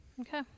okay